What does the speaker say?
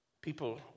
people